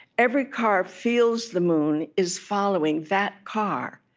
every car feels the moon is following that car.